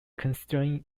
considering